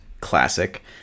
classic